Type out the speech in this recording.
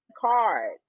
card